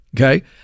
Okay